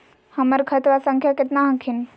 हमर खतवा संख्या केतना हखिन?